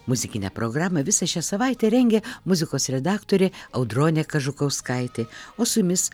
muzikinę programą visą šią savaitę rengė muzikos redaktorė audronė kažukauskaitė o su jumis